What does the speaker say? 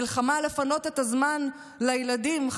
למלחמה לפנות את הזמן לילדים,